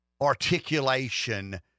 articulation